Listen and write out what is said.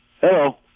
hello